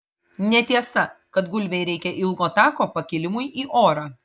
netiesa kad gulbei reikia ilgo tako pakilimui į orą